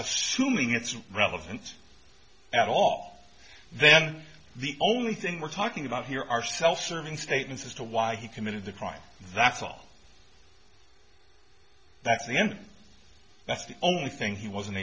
assuming it's relevant at all then the only thing we're talking about here are self serving statements as to why he committed the crime that's awful that's the end that's the only thing he was